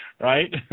right